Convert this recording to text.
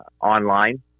online